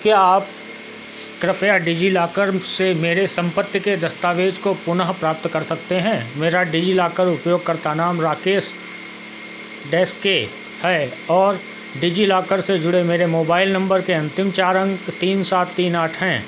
क्या आप कृपया डिजिलॉकर से मेरे संपत्ति के दस्तावेज़ को पुनः प्राप्त कर सकते हैं मेरा डिजिलॉकर उपयोगकर्ता नाम राकेश डैस के है और डिजिलॉकर से जुड़े मेरे मोबाइल नंबर के अंतिम चार अंक तीन सात तीन आठ हैं